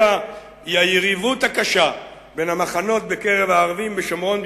הוא היריבות הקשה בין המחנות בקרב הערבים בשומרון,